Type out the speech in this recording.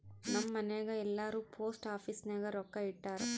ನಮ್ ಮನ್ಯಾಗ್ ಎಲ್ಲಾರೂ ಪೋಸ್ಟ್ ಆಫೀಸ್ ನಾಗ್ ರೊಕ್ಕಾ ಇಟ್ಟಾರ್